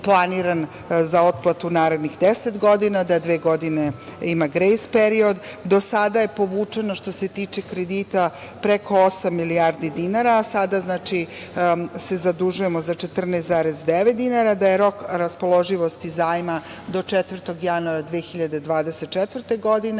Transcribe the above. za otplatu narednih 10 godina, da dve godine ima grejs period. Do sada je povučeno, što se tiče kredita, preko osam milijardi dinara, a sada se zadužujemo za 14,9, da je rok raspoloživosti zajma do 4. januara 2024. godine,